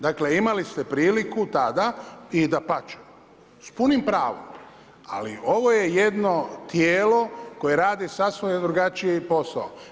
Dakle imali ste priliku tada i dapače s punim pravom, ali ovo je jedno tijelo koje radi sasvim drugačiji posao.